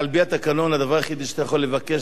הדבר היחידי שאתה יכול לבקש זה דיון במליאה.